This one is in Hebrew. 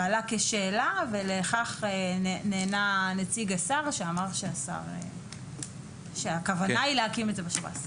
זה עלה כשאלה ולכך נענה נציג השר שהכוונה היא להקים את זה בשב"ס.